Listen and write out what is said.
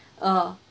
uh